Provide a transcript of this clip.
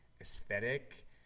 aesthetic